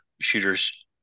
shooters